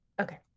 Okay